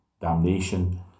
damnation